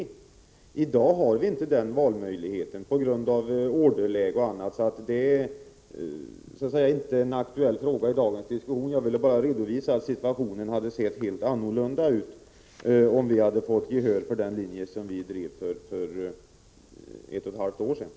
Men i dag finns inte den valmöjligheten på grund av bl.a. nuvarande orderläge. Den frågan är således inte aktuell i dagens diskussion. Jag ville bara redovisa att situationen skulle ha varit en helt annan, om vi hade fått gehör för de idéer som vi hade för ett och ett halvt år sedan.